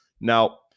Now